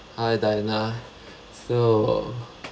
hi diana so